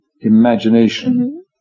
imagination